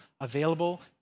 available